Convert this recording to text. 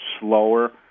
slower